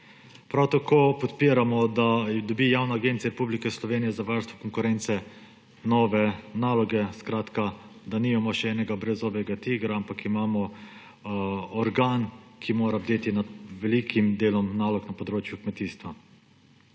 Prav tako podpiramo, da dobi Javna agencija Republike Slovenije za varstvo konkurence nove naloge, skratka da nimamo še enega brezzobega tigra, ampak imamo organ, ki mora bdeti nad velikim delom nalog na področju kmetijstva.